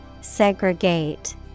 Segregate